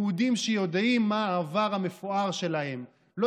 יהודים שיודעים מה העבר המפואר שלהם לא